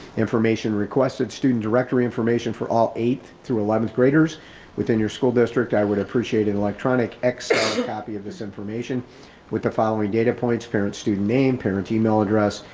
information requested, student directory information for all eight through eleventh graders within your school district. i would appreciate it electronic exo copy of this information with the following data points parents, student name, parents email address,